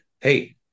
hey